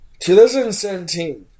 2017